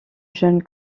jeune